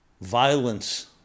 violence